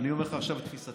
אני אומר לך עכשיו את תפיסתי